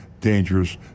dangerous